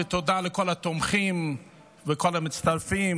ותודה לכל התומכים ולכל המצטרפים,